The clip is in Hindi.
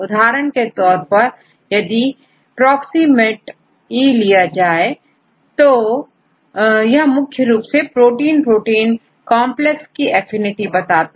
उदाहरण के तौर पर यदिPROXiMAT Eलिया जाए तो यह मुख्य रूप से प्रोटीन प्रोटीन कॉन्प्लेक्स के एफिनिटी बताता है